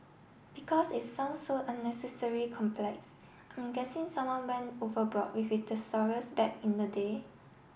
because it sounds so unnecessary complex I'm guessing someone went overboard with his thesaurus back in the day